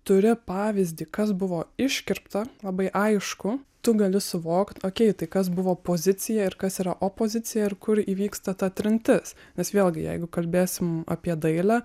turi pavyzdį kas buvo iškirpta labai aišku tu gali suvokt okei tai kas buvo pozicija ir kas yra opozicija ir kur įvyksta ta trintis nes vėlgi jeigu kalbėsim apie dailę